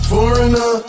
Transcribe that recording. Foreigner